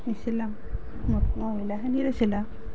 নিচিলাওঁ মহিলাখিনিৰে চিলাওঁ